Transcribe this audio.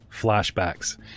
flashbacks